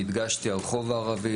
והדגשתי הרחוב הערבי,